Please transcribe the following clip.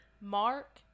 Mark